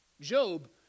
Job